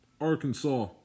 Arkansas